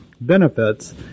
benefits